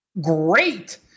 great